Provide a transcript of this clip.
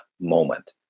moment